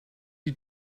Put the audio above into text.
you